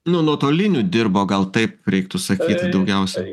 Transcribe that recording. nu nuotoliniu dirbo gal taip reiktų sakyti daugiausia